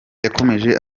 yakomeje